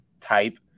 type